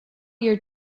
your